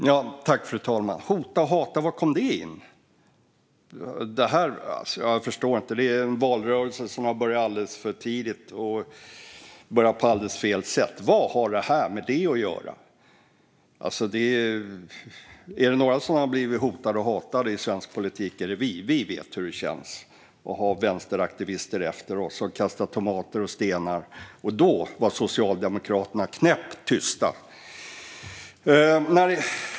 Fru talman! Hota och hata - var kom det från? Jag förstår inte det här. Det här är en valrörelse som har börjat alldeles för tidigt och på helt fel sätt. Vad har det här med det vi pratar om att göra? Är det några som har blivit hotade och hatade i svensk politik är det vi. Vi vet hur det känns att ha vänsteraktivister efter sig som kastar tomater och stenar. Då var Socialdemokraterna knäpptysta.